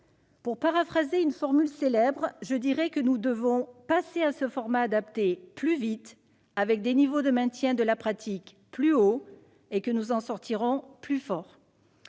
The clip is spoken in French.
Pour paraphraser une devise célèbre, je dirais que nous devons passer à ce format adapté plus vite, avec des niveaux de maintien de la pratique plus hauts, et que nous en sortirons plus forts.